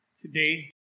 today